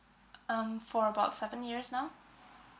um for about seven years now